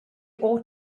ought